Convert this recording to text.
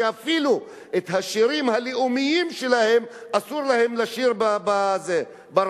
שאפילו את השירים הלאומיים שלהם אסור להם לשיר ברדיו.